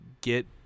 get